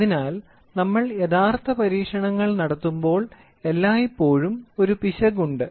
അതിനാൽ നമ്മൾ യഥാർത്ഥ പരീക്ഷണങ്ങൾ നടത്തുമ്പോൾ എല്ലായ്പ്പോഴും ഒരു പിശക് ഉണ്ട്